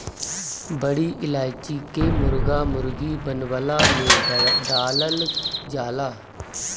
बड़ी इलायची के मुर्गा मुर्गी बनवला में डालल जाला